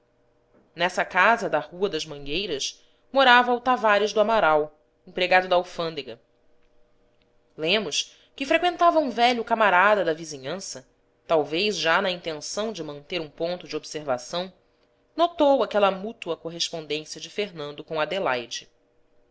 nessa casa da rua das mangueiras morava o tavares do amaral empregado da alfândega lemos que freqüentava um velho camarada da vizinhança talvez já na intenção de manter um ponto de observação notou aquela mútua correspondência de fernando com adelaide